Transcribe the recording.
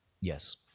yes